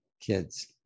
kids